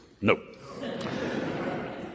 No